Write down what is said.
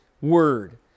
Word